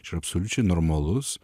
čia absoliučiai normalus